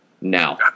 now